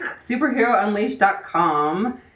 Superherounleashed.com